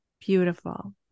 beautiful